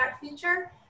feature